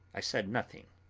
i said nothing.